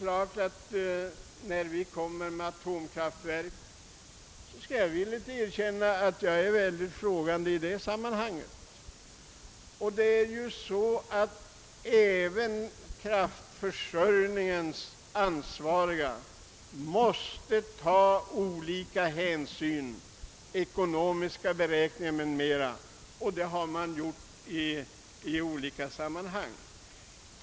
Vad beträffar atomkraftverk skall jag villigt erkänna att jag ställer mig frågande. Även de för kraftförsörjningen ansvariga måste ta olika hänsyn. De måste göra ekonomiska beräkningar m.m., och det har de gjort på olika sätt.